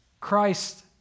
Christ